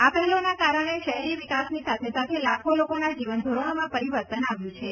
આ પહેલોના કારણે શહેરી વિકાસની સાથે સાથે લાખ્ખો લોકોના જીવન ધોરણમાં પરિવર્તન આવ્યું છે